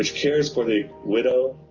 cares for the widow,